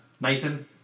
Nathan